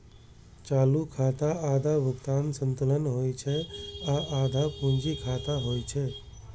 चालू खाता आधा भुगतान संतुलन होइ छै आ आधा पूंजी खाता होइ छै